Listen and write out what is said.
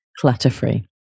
clutter-free